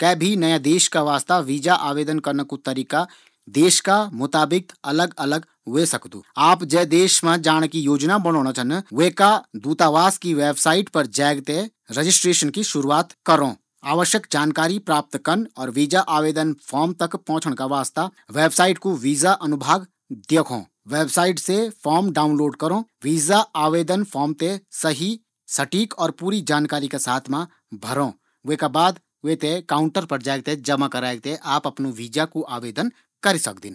कै भी नया देश का वीजा का वास्ता आवेदन करना का तरीका देश का मुताबिक अलग अलग ह्वे सकदिन। आप जै देश मा जाण की योजना बणोणा छन विका दूतावास की वेबसाइड पर जैक थें रजिस्ट्रेशन की शुरुआत करों। आवश्यक जानकरी प्राप्त करन और वीजा आवेदन फॉर्म तक पोंछण का वास्ता वेबसाइड कू वीजा अनुभाग देखों। वेबसाइड से फॉर्म डाउनलोड करों। फॉर्म थें सही, सटीक और पूरी जानकारी का साथ भरों। वेका बाद वी थें काउंटर पर जैक जमा करीक थें आप वीजा कू आवेदन करी सकदिन।